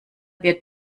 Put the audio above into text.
wird